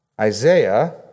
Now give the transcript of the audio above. Isaiah